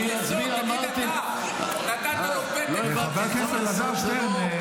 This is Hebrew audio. תגיד אתה, נתת לו פתק --- חבר הכנסת אלעזר שטרן.